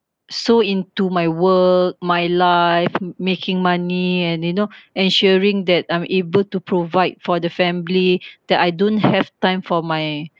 so into my work my life making money and you know ensuring that I'm able to provide for the family that I don't have time for my